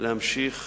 להמשיך